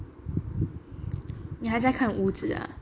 你还在看屋子啊